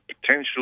potential